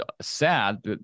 sad